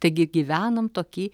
taigi gyvenam tokį